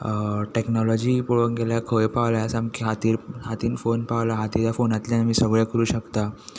technology पळोवंक गेल्यार खंय पावल्या सामकी हातीन सामको हातीन फोन पावला हातीच्या फोनांतल्यान आमी सगलें करूं शकता